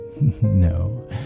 no